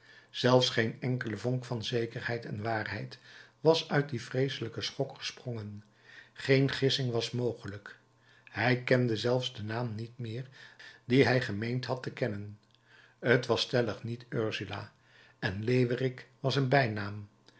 zelfs geen enkele vonk van zekerheid en waarheid was uit dien vreeselijken schok gesprongen geen gissing was mogelijk hij kende zelfs den naam niet meer dien hij gemeend had te kennen t was stellig niet ursula en leeuwerik was een bijnaam